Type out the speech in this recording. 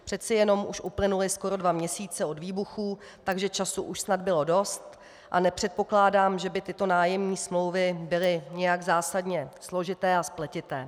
Přece jenom už uplynuly skoro dva měsíce od výbuchů, takže času už snad bylo dost a nepředpokládám, že by tyto nájemní smlouvy byly nějak zásadně složité a spletité.